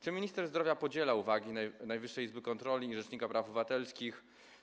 Czy minister zdrowia podziela uwagi Najwyższej Izby Kontroli i rzecznika praw obywatelskich?